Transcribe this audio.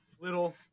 little